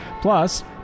Plus